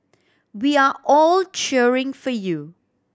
we are all cheering for you